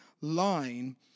line